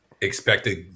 expected